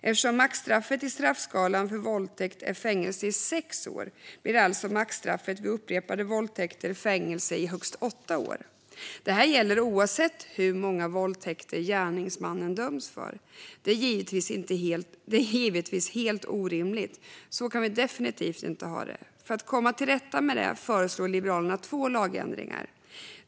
Eftersom maxstraffet i straffskalan för våldtäkt är fängelse i sex år blir alltså maxstraffet vid upprepade våldtäkter fängelse i högst åtta år. Detta gäller oavsett hur många våldtäkter gärningsmannen döms för. Det är givetvis helt orimligt. Så kan vi definitivt inte ha det. För att komma till rätta med detta föreslår Liberalerna två lagändringar.